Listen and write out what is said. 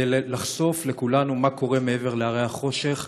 כדי לחשוף לכולנו מה קורה מעבר להרי החושך.